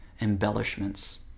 embellishments